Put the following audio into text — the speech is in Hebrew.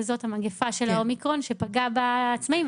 המגפה של האומיקרון פגעה בעצמאים.